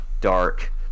dark